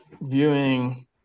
viewing